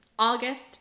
August